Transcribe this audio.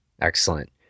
Excellent